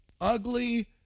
ugly